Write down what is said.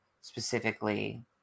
specifically